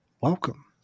Welcome